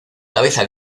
cabeza